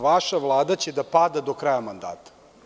Vaša Vlada će da pada do kraja mandata.